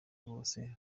bose